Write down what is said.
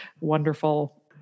wonderful